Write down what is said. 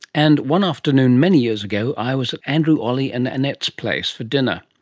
and one afternoon, many years ago, i was at andrew olle and annette's place for dinner.